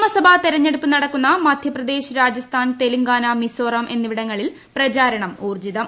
നിയമസഭാ തെരഞ്ഞെടുപ്പ് നടക്കുന്ന മധ്യപ്രദേശ് രാജസ്ഥാൻ തെലങ്കാന മിസോറാം എന്നിവിടങ്ങളിൽ പ്രപചാരണം ഊർജ്ജിതം